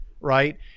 right